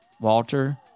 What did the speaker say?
Walter